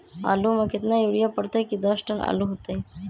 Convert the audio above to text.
आलु म केतना यूरिया परतई की दस टन आलु होतई?